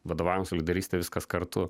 vadovavimas lyderystė viskas kartu